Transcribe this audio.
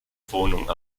wohnung